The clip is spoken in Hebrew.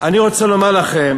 אני רוצה לומר לכם